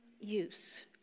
use